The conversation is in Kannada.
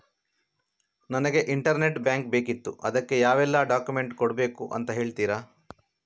ನನಗೆ ಇಂಟರ್ನೆಟ್ ಬ್ಯಾಂಕ್ ಬೇಕಿತ್ತು ಅದಕ್ಕೆ ಯಾವೆಲ್ಲಾ ಡಾಕ್ಯುಮೆಂಟ್ಸ್ ಕೊಡ್ಬೇಕು ಅಂತ ಹೇಳ್ತಿರಾ?